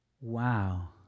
Wow